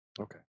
Okay